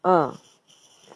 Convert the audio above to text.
mm